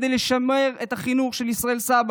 כדי לשמר את החינוך של ישראל-סבא.